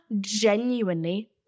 genuinely